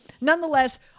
nonetheless